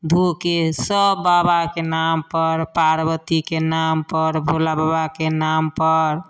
धोके सब बाबाके नामपर पार्वती के नामपर भोला बाबाके नामपर